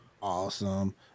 Awesome